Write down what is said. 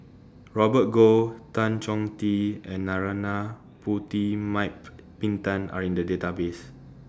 Robert Goh Tan Chong Tee and Narana Putumaippittan Are in The Database